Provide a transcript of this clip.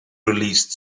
released